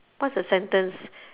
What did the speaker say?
what's a sentence